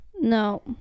No